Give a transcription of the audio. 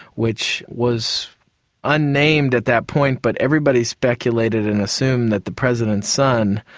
which was unnamed at that point but everybody speculated and assumed that the president's son,